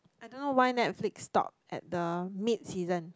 I don't know why Netflix stop at the mid season